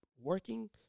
working